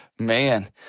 man